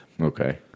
Okay